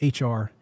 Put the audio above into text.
HR